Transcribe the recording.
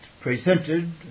presented